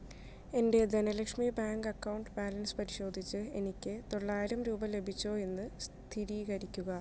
എൻ്റെ Dhanalakshmi bank account balance പരിശോധിച്ച് എനിക്ക് തൊള്ളായിരം രൂപ ലഭിച്ചോ എന്ന് സ്ഥിരീകരിക്കുക